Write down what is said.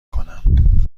کنم